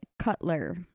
Cutler